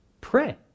Pray